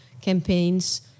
campaigns